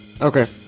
Okay